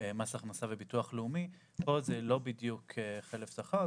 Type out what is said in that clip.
מס הכנסה והביטוח הלאומי, פה זה לא בדיוק חלף שכר.